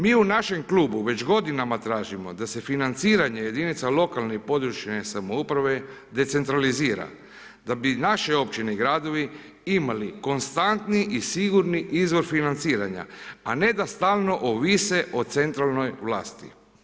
Mi u našem klubu već godinama tražimo da se financiranje jedinica lokalne i područne samouprave decentralizira, da bi naše općine i gradovi imali konstantni i sigurni izvor financiranja a ne da stalno ovise o centralnoj vlasti.